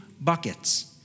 buckets